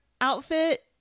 outfit